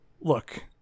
Look